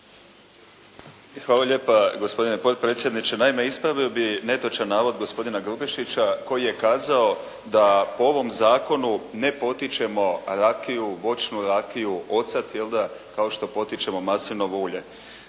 Hvala lijepa gospodine potpredsjedniče. Naime, ispravio bih netočan navod gospodina Grubišića koji je kazao da po ovom zakonu ne potičemo rakiju, voćnu rakiju, ocat kao što potičemo maslinovo ulje.